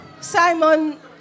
Simon